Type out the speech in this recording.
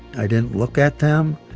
i didn't look at them,